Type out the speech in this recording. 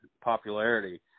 popularity